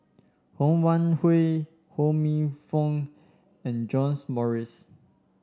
Ho Wan Hui Ho Minfong and John's Morrice